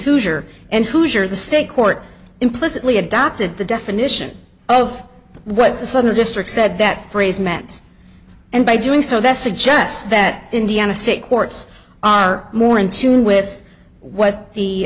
hoosier and hoosier the state court implicitly adopted the definition of what the southern district said that phrase meant and by doing so that suggests that indiana state courts are more in tune with what the